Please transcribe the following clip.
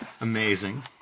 Amazing